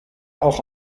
auch